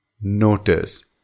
Notice